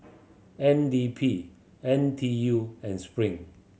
N D P N T U and Spring